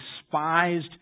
despised